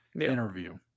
interview